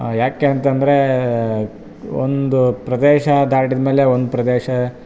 ಯಾಕೆ ಅಂತಂದರೆ ಒಂದು ಪ್ರದೇಶ ದಾಟಿದ ಮೇಲೆ ಒಂದು ಪ್ರದೇಶ